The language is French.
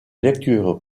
lectures